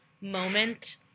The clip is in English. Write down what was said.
moment